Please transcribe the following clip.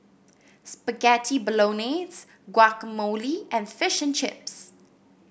Spaghetti Bolognese Guacamole and Fish and Chips